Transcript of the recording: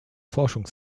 forschung